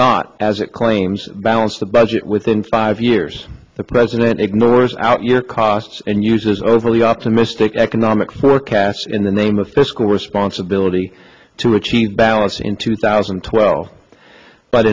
not as it claims balanced the budget within five years the president ignores outyear costs and uses overly optimistic economic forecasts in the name of fiscal responsibility to achieve balance in two thousand and twelve but